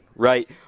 Right